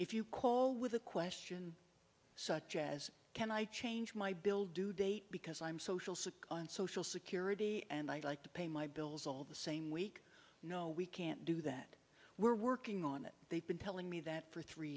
if you call with a question such as can i change my bill due date because i'm social sick on social security and i'd like to pay my bills all the same week no we can't do that we're working on it they've been telling me that for three